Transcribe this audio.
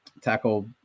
tackle